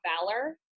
valor